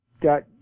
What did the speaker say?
got